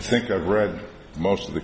i think i've read most of the